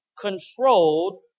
controlled